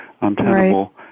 untenable